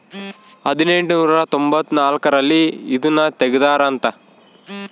ಹದಿನೆಂಟನೂರ ತೊಂಭತ್ತ ನಾಲ್ಕ್ ರಲ್ಲಿ ಇದುನ ತೆಗ್ದಾರ ಅಂತ